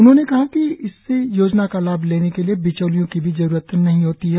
उन्होंने कहा इससे योजना का लाभ लेने के लिए बिचौलियों की भी जरूरत नहीं होती है